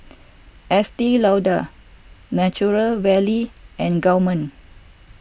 Estee Lauder Nature Valley and Gourmet